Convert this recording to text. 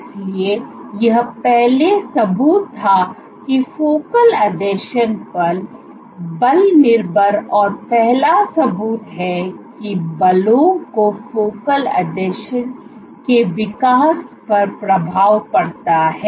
इसलिए यह पहला सबूत था कि फोकल आसंजन बल निर्भर और पहला सबूत है कि बलों को फोकल आसंजन के विकास पर प्रभाव पड़ता है